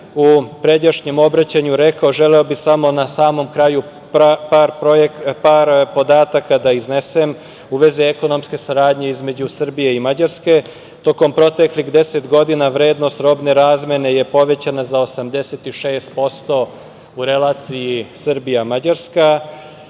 u pređašnjem obraćanju rekao, želeo bih samo na samom kraju par podataka da iznesem u vezi ekonomske saradnje između Srbije i Mađarske. Tokom proteklih 10 godina vrednost robne razmene je povećana za 86% u relaciji Srbija – Mađarska.